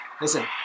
Listen